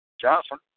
Johnson